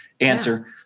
answer